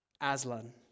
Aslan